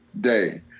day